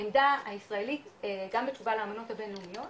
העמדה הישראלית גם בתשובה לאמנות הבינלאומיות